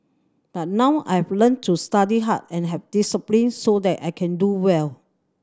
but now I've learnt to study hard and have discipline so that I can do well